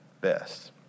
best